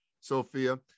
Sophia